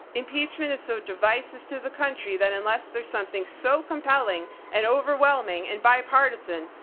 impeachment is so divisive to the country that unless there's something so compelling and overwhelming and bipartisan,